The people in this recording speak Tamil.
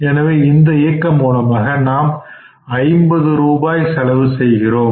எனவே இந்த இயக்கம் மூலமாக நாம் 50 ரூபாய் செலவு செய்கிறோம்